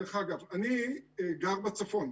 דרך אגב, אני גר בצפון.